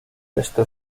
esto